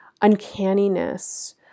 uncanniness